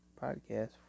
podcast